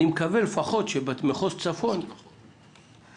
אני מקווה שלפחות במחוז צפון תהיה